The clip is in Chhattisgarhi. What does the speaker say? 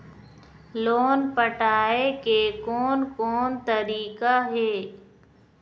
लोन पटाए के कोन कोन तरीका हे?